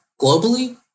globally